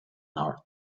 north